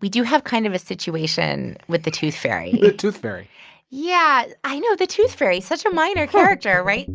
we do have kind of a situation with the tooth fairy the tooth fairy yeah, i know. the tooth fairy, such a minor character, right?